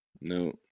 No